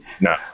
No